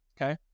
Okay